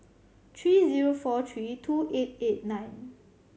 three zero four three two eight eight nine